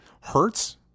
hurts